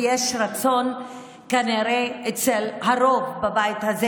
ויש רצון כנראה אצל הרוב בבית הזה